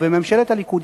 ובממשלת הליכוד,